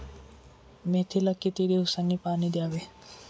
मेथीला किती दिवसांनी पाणी द्यावे?